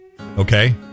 Okay